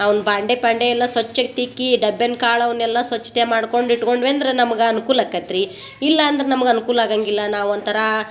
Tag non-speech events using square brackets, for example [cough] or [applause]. ನಾವೊಂದು ಬಾಂಡೆ ಪಂಡೆ ಎಲ್ಲಾ ಸ್ವಚ್ಛಗೆ ತಿಕ್ಕಿ ಡಬ್ಯಾನ ಕಾಳು ಅವ್ನೆಲ್ಲಾ ಸ್ವಚ್ಛತೆ ಮಾಡ್ಕೊಂಡು [unintelligible] ನಮಗೆ ಅನ್ಕೂಲ ಅಕತ್ರಿ ಇಲ್ಲಾಂದ್ರೆ ನಮ್ಗ ಅನುಕೂಲ ಆಗಂಗಿಲ್ಲ ನಾವು ಒಂಥರ